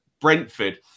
Brentford